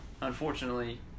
Unfortunately